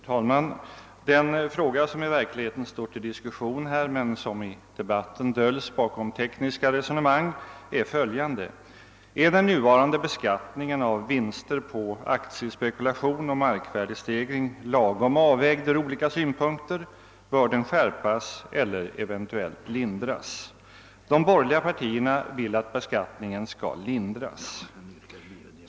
Herr talman! Den fråga som nu i verkligheten står under diskussion — men som i debatten döljes bakom tekniska resonemang — är följande: Är den nuvarande beskattningen av vinster på aktiespekulation och markvärdestegring lagom avvägd ur olika synpunkter, bör den skärpas eller eventuellt lindras? De borgerliga partierna vill att beskattningen skall lindras.